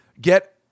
get